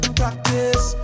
practice